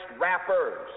rappers